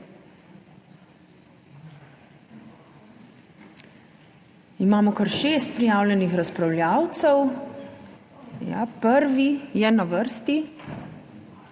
Imamo kar šest prijavljenih razpravljavcev. Prvi je na vrsti